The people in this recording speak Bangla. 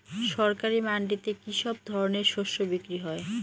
সরকারি মান্ডিতে কি সব ধরনের শস্য বিক্রি হয়?